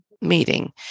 meeting